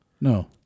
No